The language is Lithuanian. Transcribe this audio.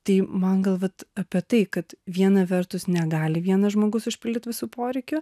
tai man gal vat apie tai kad viena vertus negali vienas žmogus užpildyt visų poreikių